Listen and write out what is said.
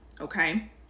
Okay